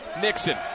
Nixon